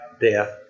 Death